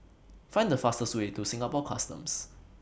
Find The fastest Way to Singapore Customs